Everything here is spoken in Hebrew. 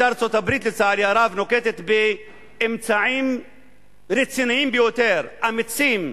לו נקטה ארצות-הברית אמצעים רציניים יותר, אמיצים,